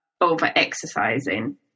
over-exercising